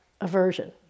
aversion